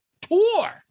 tour